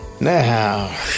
Now